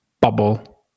Bubble